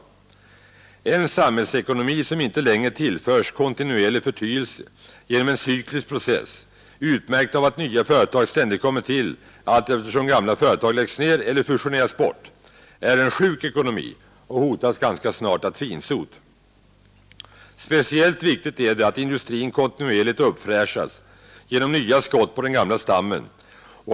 Den samhällsekonomi, som inte längre tillförs kontinuerlig förnyelse genom en cyklisk process utmärkt av att nya företag ständigt kommer till allteftersom gamla företag läggs ned eller fusioneras bort, är en sjuk ekonomi och hotas ganska snart av tvinsot. Speciellt viktigt är det att industrin kontinuerligt uppfräschas genom nya skott på den gamla stammen.